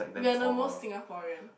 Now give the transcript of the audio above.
we are the most Singaporean